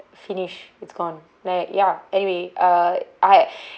finish it's gone like ya anyway uh I